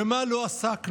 במה לא עסקנו?